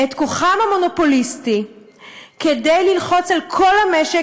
את כוחם המונופוליסטי כדי ללחוץ על כל המשק,